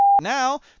now